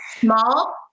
Small